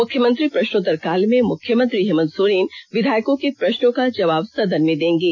मुख्यमंत्री प्रष्नोत्तर काल में मुख्यमंत्री हेमंत सोरेन विधायकों के प्रष्नों का जवाब सदन में देंगे